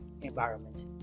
environment